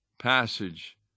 passage